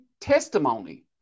testimony